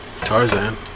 tarzan